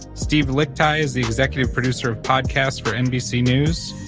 steve lickteig is the executive producer of podcasts for nbc news.